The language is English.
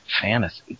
fantasy